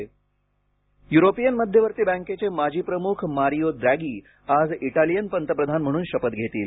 Italy European मध्यवर्ती बँकेचे माजी प्रमुख मारिओ द्रॅगी आज इटालियन पंतप्रधान म्हणून शपथ घेतील